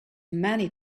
many